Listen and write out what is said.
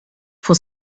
for